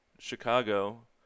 Chicago